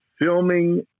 filming